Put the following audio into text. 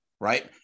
right